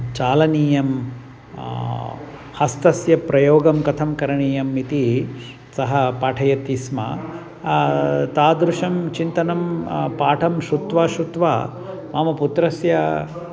चालनीयं हस्तस्य प्रयोगं कथं करणीयम् इति सः पाठयति स्म तादृशं चिन्तनं पाठं श्रुत्वा श्रुत्वा मम पुत्रस्य